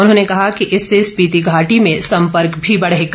उन्होंने कहा कि इससे स्पीति घाटी में सम्पर्क भी बढ़ेगा